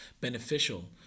beneficial